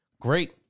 great